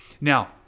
Now